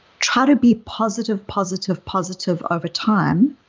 try to be positive, positive, positive, over time